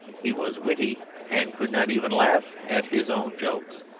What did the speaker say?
he was witty and could not even laugh at his own jokes.